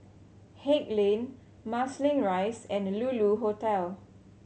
Haig Lane Marsiling Rise and Lulu Hotel